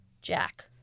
Jack